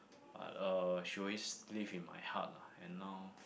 ah eh she always live in my heart lah and now